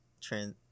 trans